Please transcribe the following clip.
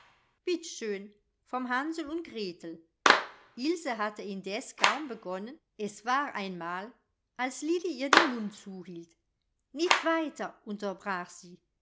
bitt schön vom hansel und gretel ilse hatte indes kaum begonnen es war einmal als lilli ihr den mund zuhielt nit weiter unterbrach sie